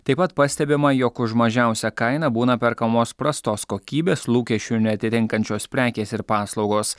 taip pat pastebima jog už mažiausią kainą būna perkamos prastos kokybės lūkesčių neatitinkančios prekės ir paslaugos